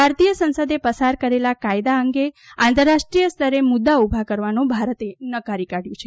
ભારતીય સંસદે પસાર કરેલા કાયદા અંગે આંતરરાષ્ટ્રીય સ્તરે મુદ્દા ઉભા કરવાનો ભારતે નકારી કાઢ્યું છે